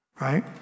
right